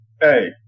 Hey